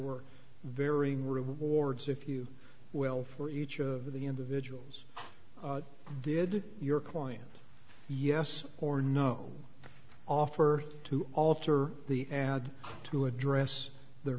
were very rude wards if you will for each of the individuals did your client yes or no offer to alter the ad to address their